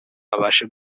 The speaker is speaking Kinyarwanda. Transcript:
abashe